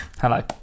Hello